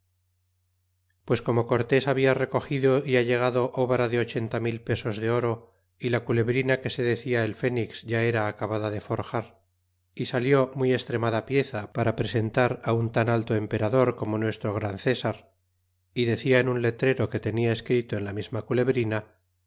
pues como cortés habla recogido y allegado obra de ochenta mil pesos de oro y la culebrina que se decia el fenix ya era acabada de forjar y salió muy estremada pieza para presentar un tan alto emperador como nuestro gran césar y decia en un letrero que tenia escrito en la mesma culebrina